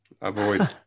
Avoid